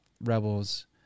Rebels